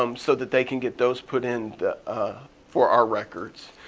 um so that they can get those put in for our records.